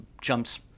jumps